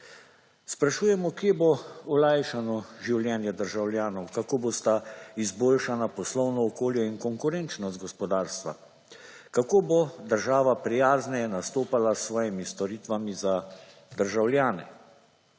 Sprašujemo kje bo olajšano življenje državljanov, kako boste izboljšanja poslovno okolje in konkurenčnost gospodarstva, kako bo država prijazneje nastopala s svojimi storitvami za državljane.